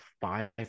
five